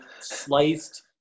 sliced